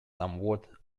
somewhat